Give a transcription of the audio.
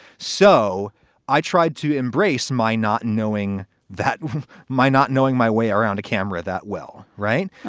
so i tried to embrace my not knowing that my not knowing my way around a camera that well. right.